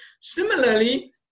Similarly